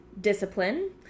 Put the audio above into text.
discipline